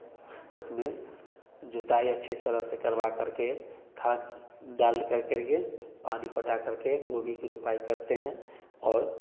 उसमें जोताई अच्छी तरह से करवा करके खाद डाल करके पानी डालकर कर पानी पटा कर कर के गोभी की रोपाई करते हैं और